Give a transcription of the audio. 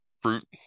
fruit